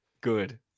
good